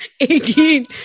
again